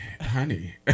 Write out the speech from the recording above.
honey